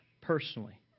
personally